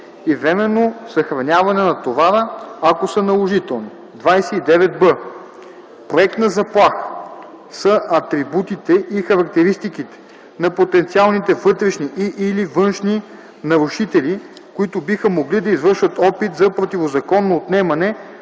и временно съхраняване на товара, ако са наложителни. 29б. „Проектна заплаха” са атрибутите и характеристиките на потенциалните вътрешни и/или външни нарушители, които биха могли да извършат опит за противозаконно отнемане